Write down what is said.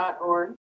org